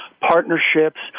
partnerships